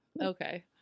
Okay